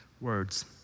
words